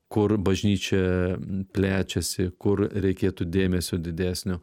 kur bažnyčia plečiasi kur reikėtų dėmesio didesnio